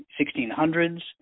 1600s